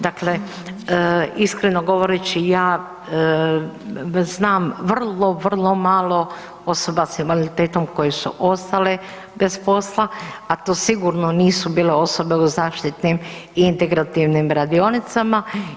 Dakle, iskreno govoreći ja znam vrlo, vrlo malo osoba sa invaliditetom koje su ostale bez posla, a to sigurno nisu bile osobe u zaštitnim integrativnim radionicama.